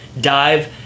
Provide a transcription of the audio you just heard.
dive